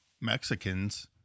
Mexicans